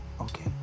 Okay